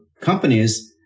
companies